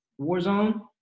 Warzone